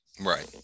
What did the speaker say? Right